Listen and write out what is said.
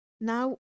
Now